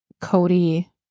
Cody